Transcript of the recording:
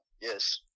yes